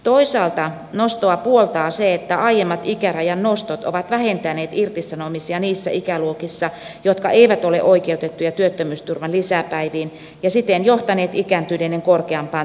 toisaalta nostoa puoltaa se että aiemmat ikärajan nostot ovat vähentäneet irtisanomisia niissä ikäluokissa jotka eivät ole oikeutettuja työttömyysturvan lisäpäiviin ja siten johtaneet ikääntyneiden korkeampaan työllisyyteen